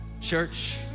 Church